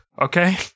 okay